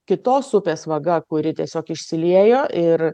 kitos upės vaga kuri tiesiog išsiliejo ir